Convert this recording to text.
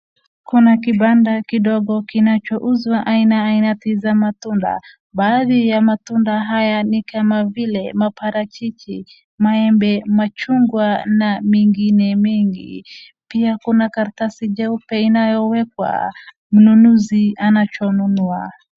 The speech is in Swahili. Kuna kibanda kidogo kinachouzwa aina aina tu za matunda. Baadhi ya matunda haya nikama vile maparachichi, maembe na machungwa na mengine mengi. Pia kuna karatasi jeupe inalowekwa mnunuzi anachonunua.